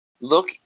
look